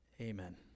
Amen